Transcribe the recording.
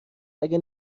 اگه